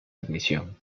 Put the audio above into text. admisión